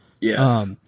Yes